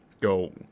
go